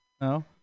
No